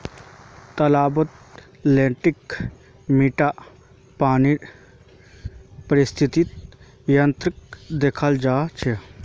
तालाबत लेन्टीक मीठा पानीर पारिस्थितिक तंत्रक देखाल जा छे